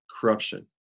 corruption